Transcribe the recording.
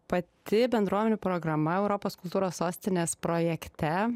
pati bendruomenių programa europos kultūros sostinės projekte